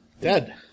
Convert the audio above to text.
Dead